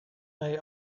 may